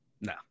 No